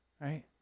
Right